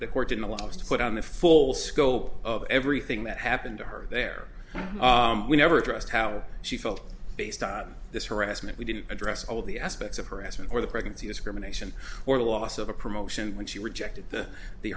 the court in the last to put on the full scope of everything that happened to her there we never addressed how she felt based on this harassment we didn't address all of the aspects of harassment or the pregnancy discrimination or the loss of a promotion when she rejected the the